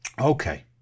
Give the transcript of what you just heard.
Okay